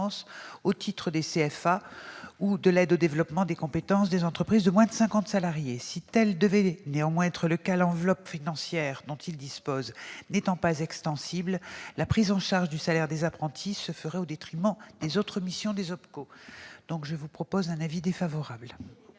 au titre des CFA ou de l'aide au développement des compétences des entreprises de moins de 50 salariés. Si tel devait néanmoins être le cas, l'enveloppe financière dont ils disposent n'étant pas extensible, la prise en charge du salaire des apprentis se ferait au détriment des autres missions des OPCO. L'avis est donc défavorable.